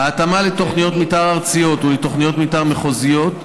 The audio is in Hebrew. ההתאמה לתוכניות מתאר ארציות ולתוכניות מתאר מחוזיות: